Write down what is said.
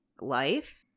life